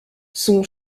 son